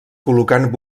col·locant